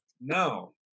No